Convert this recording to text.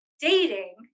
dating